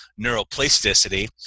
neuroplasticity